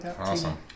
Awesome